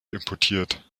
importiert